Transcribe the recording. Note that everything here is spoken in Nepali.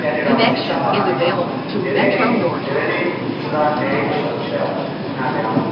त्यहाँनिर अब शिक्षा प्रणालीमा अब धेरै नै धेरै नै सुधार ल्याएको छ जस्तै अब उनीहरूले अब